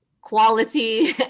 quality